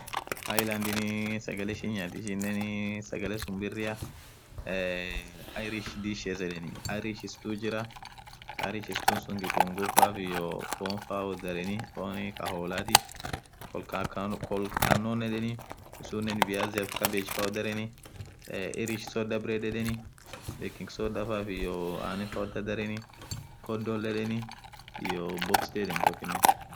Islandinii sagale ishin nyathu sagale suun birria eee Irish dishes yedhen irish stuuu jira irishi stuu suun kitungufaa iyo fonn faa wodhareni fonn Kaa holathi kolkanon yedheni ishisunen viaziaf cabbagefaaa woth dhareni irish soda bread yedheni packing soda iyo anenn faa woth dhareni kondol yedheni iyoo boxti yedhen